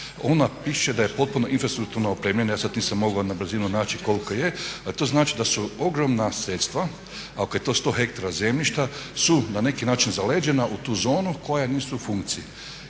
Ona piše da je potpuno infrastrukturno opremljena, ja sad nisam mogao na brzinu naći koliko je a to znači da su ogromna sredstva, ako je to 100 hektara zemljišta su na neki način zaleđena u tu zonu koja nisu u funkciji.